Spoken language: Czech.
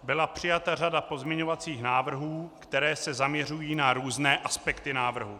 Byla přijata řada pozměňovacích návrhů, které se zaměřují na různé aspekty návrhu.